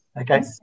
Okay